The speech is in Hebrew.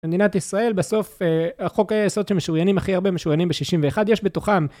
במדינת ישראל בסוף החוק היסוד שמשוריינים הכי הרבה משוריינים בשישים ואחת יש בתוכם